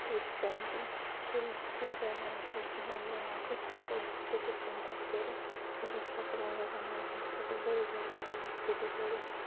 کٔرِتھ پینٹِنٛگ ییٚلہِ free time آسہِ یا کیٚنٛہہ آسہِ بناوُن کٲنٛسہِ ہٮ۪کو گِفٹ تہِ أسۍ یِم پَتہٕ کٔرِتھ کٲنٛسہِ ہِنٛز شکل اگر بناوو تٔمِس ہٮ۪کو بٔرٕڈے یَس پٮ۪ٹھ سُہ گِفٹ تہِ کٔرِتھ